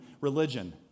religion